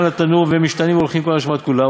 לתנור והם משתנין והולכין כל השבת כולה.